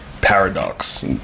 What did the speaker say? paradox